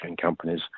companies